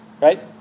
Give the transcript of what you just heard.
Right